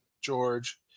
George